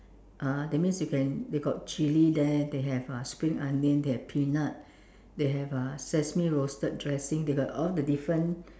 uh that means you can they got chili there they have uh spring onion they have peanut they have uh sesame roasted dressing they got all the different